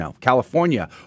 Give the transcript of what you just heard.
California